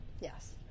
Yes